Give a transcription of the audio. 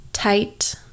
tight